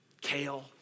Kale